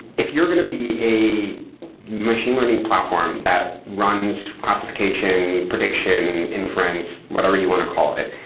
if you're going to be a machine learning platform that runs classification, prediction, inference, whatever you want to call it,